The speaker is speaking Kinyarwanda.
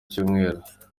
cyumweru